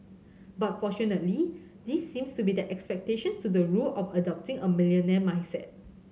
but fortunately these seems to be the exceptions to the rule of adopting a millionaire mindset